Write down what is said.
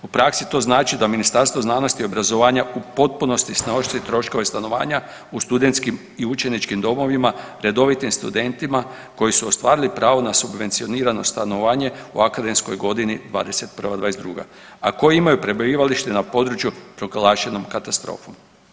U praksi to znači da Ministarstvo znanosti i obrazovanja u potpunosti snosi troškove stanovanja u studentskim i učeničkim domovima redovitim studentima koji su ostvarili pravo na subvencionirano stanovanje u akademskoj godini 21/22., a koji imaju prebivalište na području proglašenom katastrofom.